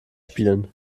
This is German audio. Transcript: spielen